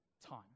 time